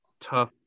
tough